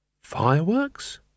Fireworks